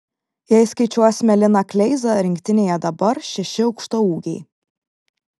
jei skaičiuosime liną kleizą rinktinėje dabar šeši aukštaūgiai